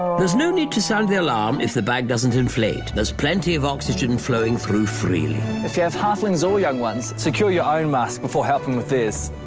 there's no need to sound the alarm if the bag doesn't inflate, there's plenty of oxygen flowing through freely. if you have halflings or young ones, secure your own mask before helping with theirs.